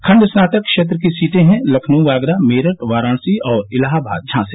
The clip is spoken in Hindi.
खंड स्नातक क्षेत्र की सीटें हैं लखनऊ आगरा मेरठ वाराणसी और इलाहाबाद झांसी